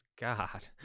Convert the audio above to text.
God